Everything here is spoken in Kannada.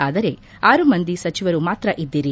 ಆದರೆ ಆರು ಮಂದಿ ಸಚಿವರು ಮಾತ್ರ ಇದ್ದೀರಿ